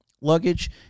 luggage